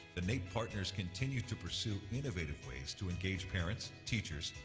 the naep partners continue to pursue innovative ways to engage parents, teachers,